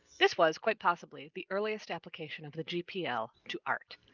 this was, quite possibly, the earliest application of the gpl to art.